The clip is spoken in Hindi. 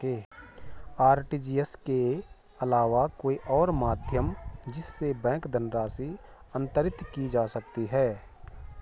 आर.टी.जी.एस के अलावा कोई और माध्यम जिससे बैंक धनराशि अंतरित की जा सके?